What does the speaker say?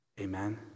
Amen